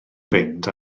fynd